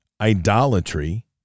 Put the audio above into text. idolatry